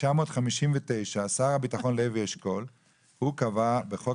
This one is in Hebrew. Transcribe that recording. ב-1959 שר הביטחון לוי אשכול קבע בחוק